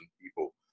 people